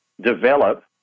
develop